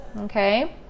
okay